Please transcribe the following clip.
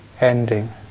ending